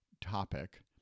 topic